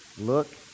Look